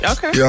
Okay